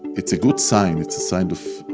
it's a good sign, it's a sign of,